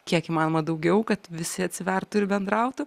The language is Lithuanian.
kiek įmanoma daugiau kad visi atsivertų ir bendrautų